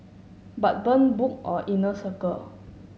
but burn book or inner circle